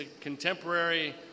contemporary